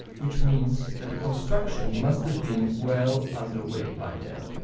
which means that the construction must have been well underway by then.